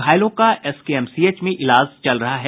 घायलों का एसकेएमसीएच में इलाज चल रहा है